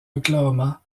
oklahoma